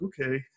Okay